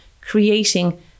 creating